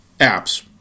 apps